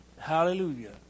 Hallelujah